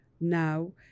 now